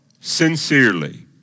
sincerely